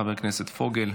חבר הכנסת פוגל.